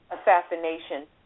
assassination